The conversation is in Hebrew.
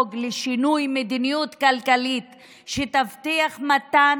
לדאוג לשינוי מדיניות כלכלית שיבטיח מתן